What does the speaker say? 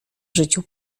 życiu